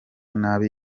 nabi